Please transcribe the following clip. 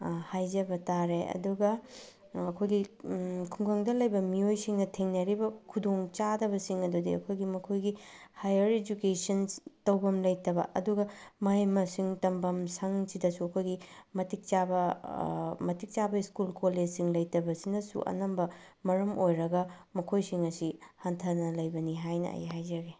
ꯍꯥꯏꯖꯕ ꯇꯥꯔꯦ ꯑꯗꯨꯒ ꯑꯩꯈꯣꯏꯒꯤ ꯈꯨꯡꯒꯪꯗ ꯂꯩꯕ ꯃꯤꯑꯣꯏꯁꯤꯡꯅ ꯊꯦꯡꯅꯔꯤꯕ ꯈꯨꯗꯣꯡꯆꯥꯗꯕꯁꯤꯡ ꯑꯗꯨꯗꯤ ꯑꯩꯈꯣꯏꯒꯤ ꯃꯈꯣꯏꯒꯤ ꯍꯥꯏꯌꯔ ꯏꯗꯨꯀꯦꯁꯟ ꯇꯧꯐꯝ ꯂꯩꯇꯕ ꯑꯗꯨꯒ ꯃꯍꯩ ꯃꯁꯤꯡ ꯇꯝꯐꯝꯁꯪꯁꯤꯗꯁꯨ ꯑꯩꯈꯣꯏꯒꯤ ꯃꯇꯤꯛ ꯆꯥꯕ ꯃꯇꯤꯛ ꯆꯥꯕ ꯁ꯭ꯀꯨꯜ ꯀꯣꯂꯦꯖꯁꯤꯡ ꯂꯩꯇꯕꯅꯁꯤꯅꯁꯨ ꯑꯅꯝꯕ ꯃꯔꯝ ꯑꯣꯏꯔꯒ ꯃꯈꯣꯏꯁꯤꯡ ꯑꯁꯤ ꯍꯟꯊꯅ ꯂꯩꯕꯅꯤ ꯍꯥꯏꯅ ꯑꯩ ꯍꯥꯏꯖꯒꯦ